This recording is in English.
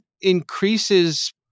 increases